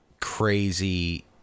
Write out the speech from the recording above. crazy